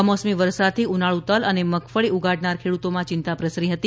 કમોસમી વરસાદથી ઉનાળુ તલ અને મગફળી ઉગાડનાર ખેડૂતોમાં ચિંતા પ્રસરી હતી